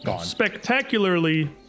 spectacularly